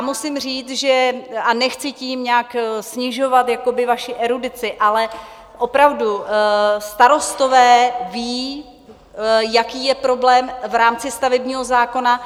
Musím říct a nechci tím nějak snižovat vaši erudici ale opravdu starostové vědí, jaký je problém v rámci stavebního zákona.